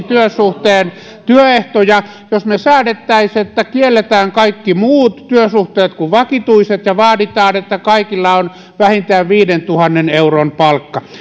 työsuhteen työehtoja jos me säätäisimme että kielletään kaikki muut työsuhteet kuin vakituiset ja vaaditaan että kaikilla on vähintään viidentuhannen euron palkka